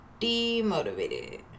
demotivated